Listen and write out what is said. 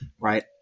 right